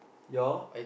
your